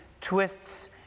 twists